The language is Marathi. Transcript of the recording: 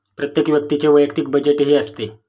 प्रत्येक व्यक्तीचे वैयक्तिक बजेटही असते